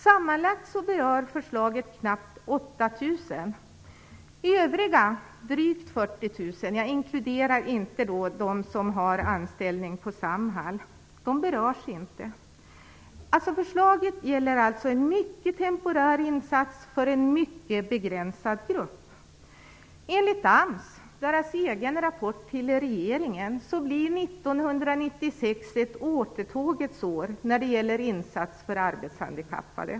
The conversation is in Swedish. Sammanlagt berör förslaget knappt 8 000. Övriga, drygt 40 000 - jag inkluderar då inte dem som har anställning på Samhall - berörs inte. Förslaget gäller alltså en mycket temporär insats för en mycket begränsad grupp. ett återtågets år när det gäller insatser för arbetshandikappade.